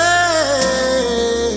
Hey